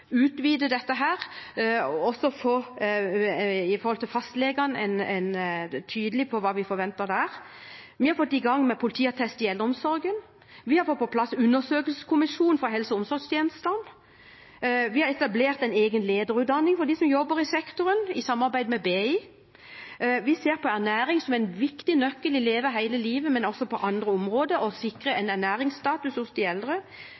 utvide dette, og i forhold til fastlegene er vi tydelige på hva vi forventer der. Vi har fått i gang det med politiattest i eldreomsorgen. Vi har fått på plass en undersøkelseskommisjon for helse- og omsorgstjenestene. Vi har, i samarbeid med BI, etablert en egen lederutdanning for dem som jobber i sektoren. Vi ser på ernæring som en viktig nøkkel i Leve hele livet, men også på andre områder for å sikre ernæringsstatusen hos de eldre.